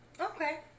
Okay